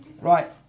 Right